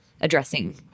addressing